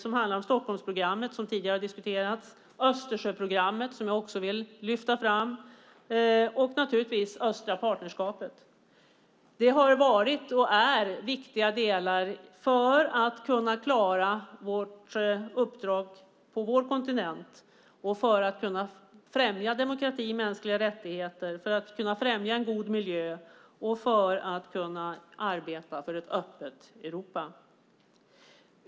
Vi hade Stockholmsprogrammet, som diskuterats tidigare, liksom Östersjöprogrammet, som jag vill lyfta fram, samt naturligtvis Östliga partnerskapet. De har varit och är viktiga delar för att kunna klara vårt uppdrag på vår kontinent och kunna främja demokrati, mänskliga rättigheter och en god miljö samt arbeta för ett öppet Europa.